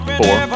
four